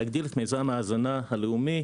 להגדיל את מיזם ההזנה הלאומי,